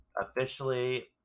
officially